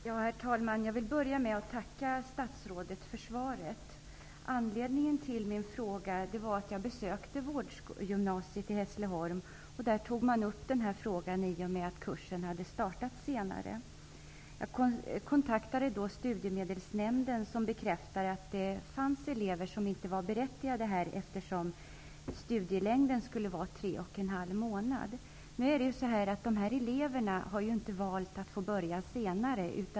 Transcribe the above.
Herr talman! Jag vill börja med att tacka statsrådet för svaret. Anledningen till min fråga är att jag har besökt Vårdgymnasiet i Hässleholm. Man tog där upp den här frågan, i och med att kursen hade startat senare. Jag kontaktade då Studiemedelsnämnden, som bekräftade att det fanns elever som inte var berättigade till studiemedel, eftersom studielängden inte omfattade tre och en halv månad. De elever det här är fråga om har inte valt att börja senare.